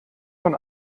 man